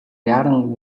яаран